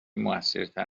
موثرتر